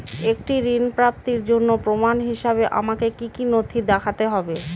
একটি ঋণ প্রাপ্তির জন্য প্রমাণ হিসাবে আমাকে কী কী নথি দেখাতে হবে?